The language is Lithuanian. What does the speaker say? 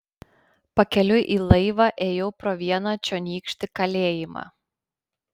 pakeliui į laivą ėjau pro vieną čionykštį kalėjimą